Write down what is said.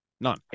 None